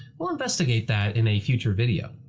we'll investigate that in a future video.